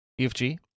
EFG